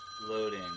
Loading